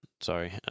sorry